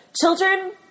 children